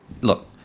look